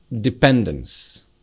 dependence